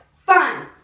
fun